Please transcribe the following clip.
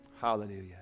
Hallelujah